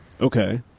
Okay